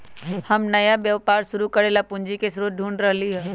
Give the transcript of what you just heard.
हम नया व्यापार शुरू करे ला पूंजी के स्रोत ढूढ़ रहली है